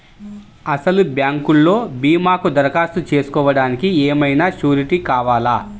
అసలు బ్యాంక్లో భీమాకు దరఖాస్తు చేసుకోవడానికి ఏమయినా సూరీటీ కావాలా?